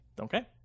okay